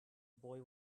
boy